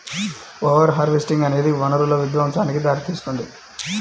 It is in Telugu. ఓవర్ హార్వెస్టింగ్ అనేది వనరుల విధ్వంసానికి దారితీస్తుంది